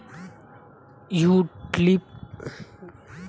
tulip के फूल साल में एक बार खाली वसंत ऋतू में आठ से दस दिन खातिर खाली फुलाला